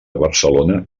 barcelona